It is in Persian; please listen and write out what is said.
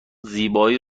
زیبایی